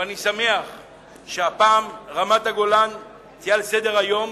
אבל אני שמח שהפעם רמת-הגולן תהיה על סדר-היום,